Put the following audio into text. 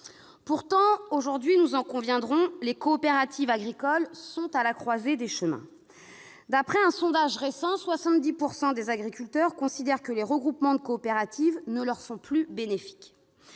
Pourtant, aujourd'hui, nous en conviendrons, les coopératives agricoles sont à la croisée des chemins. D'après un récent sondage, 70 % des agriculteurs considèrent que les regroupements de coopératives ne leur sont plus bénéfiques.